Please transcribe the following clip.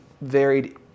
varied